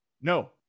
no